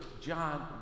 John